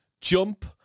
jump